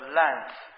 length